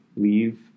leave